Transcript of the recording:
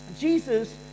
Jesus